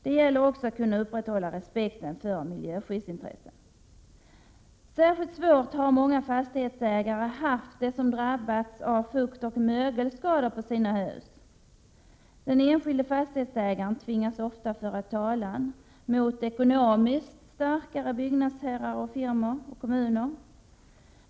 Det gäller också att kunna upprätthålla respekten för miljöskyddsintressen. Särskilt svårt har många fastighetsägare haft det som drabbats av fuktoch mögelskador på sina hus. Den enskilde fastighetsägaren tvingas ofta föra talan mot stora och ekonomiskt starka byggfirmor och kommuner.